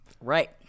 Right